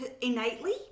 innately